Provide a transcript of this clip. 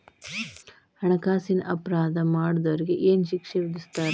ಹಣ್ಕಾಸಿನ್ ಅಪರಾಧಾ ಮಾಡ್ದೊರಿಗೆ ಏನ್ ಶಿಕ್ಷೆ ವಿಧಸ್ತಾರ?